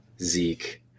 Zeke